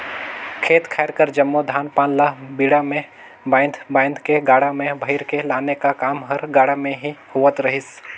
खेत खाएर कर जम्मो धान पान ल बीड़ा मे बाएध बाएध के गाड़ा मे भइर के लाने का काम हर गाड़ा मे ही होवत रहिस